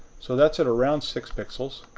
so, that's at around six pixels.